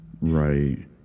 Right